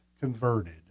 converted